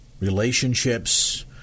relationships